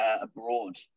abroad